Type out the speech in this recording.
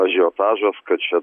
ažiotažas kad čia